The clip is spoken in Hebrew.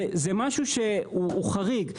זה משהו שהוא חריג,